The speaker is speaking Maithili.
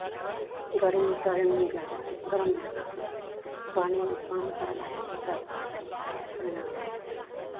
गरमीमे टहलैमे नीक लागै छै गरम लागै छै पानिमे पानि पड़य लागै छै तऽ अच्छा नहि लागैए